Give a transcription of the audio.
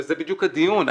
זה בדיוק הדיון.